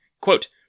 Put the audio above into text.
Quote